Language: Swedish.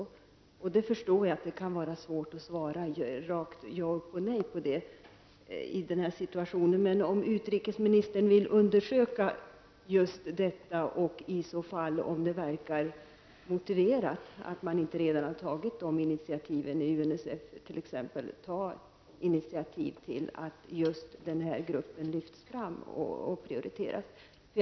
Jag förstår att det är svårt att svara ett rakt ja eller nej på den frågan. Men jag undrar om utrikesministern vill undersöka just detta och om det förefaller motiverat att -- om inte dessa initiativ redan har tagits av UNICEF -- ta initiativ till att genom en omprioritering se till att denna grupp lyfts fram.